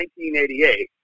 1988